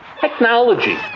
Technology